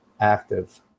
active